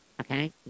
Okay